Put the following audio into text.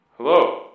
Hello